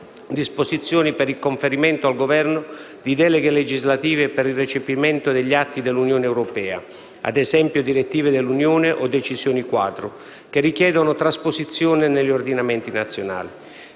disposizioni per il conferimento al Governo di deleghe legislative per il recepimento degli atti dell'Unione europea (ad esempio direttive dell'Unione o decisioni quadro) che richiedono trasposizione negli ordinamenti nazionali.